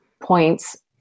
points